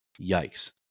yikes